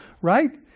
right